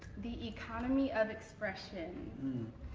the economy of expression